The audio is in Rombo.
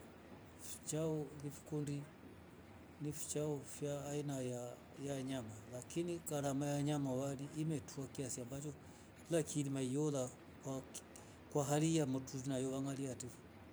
Yichao ngifikundi ni yichao vya aina ya nyama lakini garama ya nyama uyali imetua ambacho tulikilima kwa hali ya matu tulalinayo hati fo.